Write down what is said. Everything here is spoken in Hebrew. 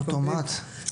אוטומט?